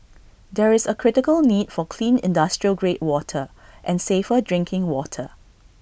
there is A critical need for clean industrial grade water and safer drinking water